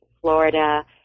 Florida